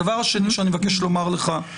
הדבר השני שאני מבקש לומר לך.